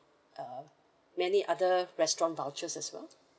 uh many other restaurant vouchers as well